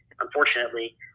unfortunately